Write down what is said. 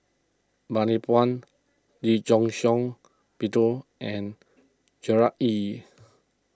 Bani Buang Lee Shiong Peter and Gerard Ee